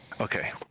Okay